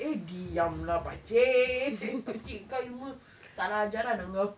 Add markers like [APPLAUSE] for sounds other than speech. !hey! diam lah pakcik [LAUGHS] pakcik kau ilmu salah ajaran lah engkau